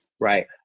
right